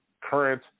current